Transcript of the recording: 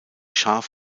scharf